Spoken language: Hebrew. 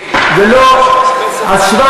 למה כל הזמן